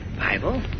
Bible